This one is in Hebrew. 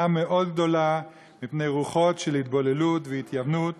גדולה מאוד מפני רוחות של התבוללות והתייוונות